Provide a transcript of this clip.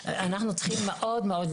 ומספרים גבוהים של מאגרים לא יכולים